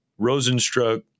Rosenstruck